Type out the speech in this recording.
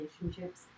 relationships